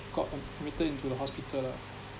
got admitted into the hospital lah